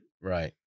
Right